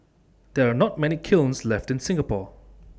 there are not many kilns left in Singapore